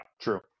true